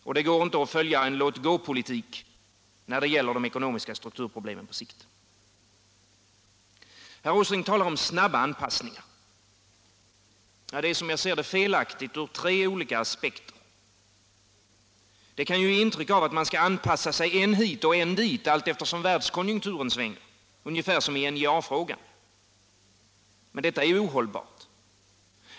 Det går heller inte att följa en låt-gå-politik när det gäller de I6 december:1976 ekonomiska strukturproblemen på sikt. sister Herr Åsling talar om snabba anpassningar. Det är som jag ser det felaktigt — Om strukturprobleur tre olika aspekter. Det kan ge intryck av att man skall anpassa sig än — men inom svenskt hit och än dit, allteftersom världskonjunkturen svänger, ungefär som i NJA — produktionsliv frågan. Men detta är ohållbart.